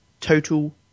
Total